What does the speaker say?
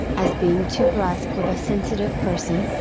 as being too brusque with a sensitive person,